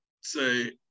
Say